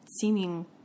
seeming